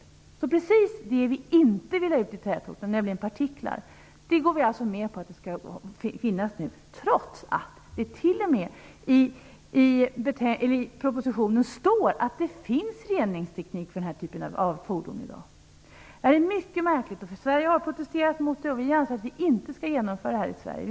Vi går alltså med på att precis det vi inte vill ha ut i tätorterna, nämligen partiklar, nu skall få finnas trots att det t.o.m. står i propositionen att finns reningsteknik för den här typen av fordon i dag. Detta är mycket märkligt. Sverige har protesterat emot det, och vi anser att vi inte skall genomföra detta i Sverige.